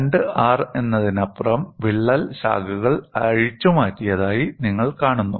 2R എന്നതിനപ്പുറം വിള്ളൽ ശാഖകൾ അഴിച്ചുമാറ്റിയതായി നിങ്ങൾ കാണുന്നു